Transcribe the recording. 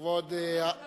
כבוד, אנחנו בעד.